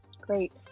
Great